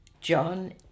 John